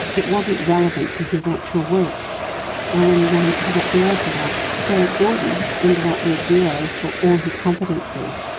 it wasn't relevant to his actual work and he got zero for that, so gordon ended up with zero for all his competencies.